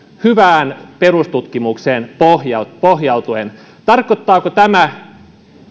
hyvään perustutkimukseen pohjautuen tarkoittaako tämä